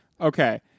Okay